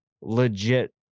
legit